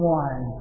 one